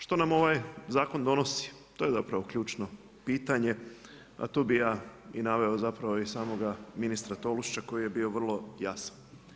Što nam ovaj zakon donosi, to je zapravo ključno pitanje, a tu bi ja naveo i samoga ministra Tolušića koji je bio vrlo jasan.